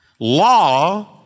Law